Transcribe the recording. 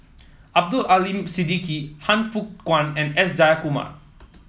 Abdul Aleem Siddique Han Fook Kwang and S Jayakumar